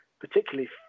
particularly